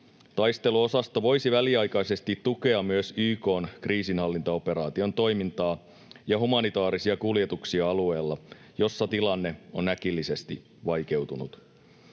Taisteluosasto voisi väliaikaisesti tukea myös YK:n kriisinhallintaoperaation toimintaa ja humanitaarisia kuljetuksia alueella, jolla tilanne on äkillisesti vaikeutunut.